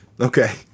Okay